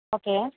okay